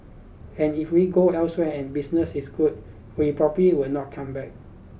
and if we go elsewhere and business is good we probably will not come back